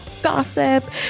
gossip